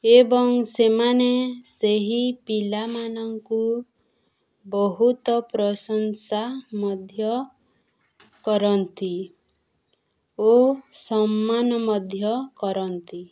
ଏବଂ ସେମାନେ ସେହି ପିଲାମାନଙ୍କୁ ବହୁତ ପ୍ରଶଂସା ମଧ୍ୟ କରନ୍ତି ଓ ସମ୍ମାନ ମଧ୍ୟ କରନ୍ତି